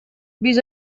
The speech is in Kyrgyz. биз